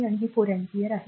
तर ते 4 अँपिअर आहे